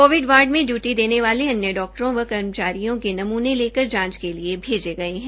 Covid ward में duty देने वाले अन्य डाक्टरों व कर्मचारियों के नमूने लेकर जांच के लिए भैजे गये है